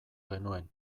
genuen